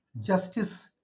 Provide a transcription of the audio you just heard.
justice